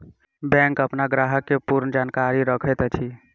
bank अपन ग्राहक के पूर्ण जानकारी रखैत अछि